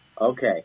Okay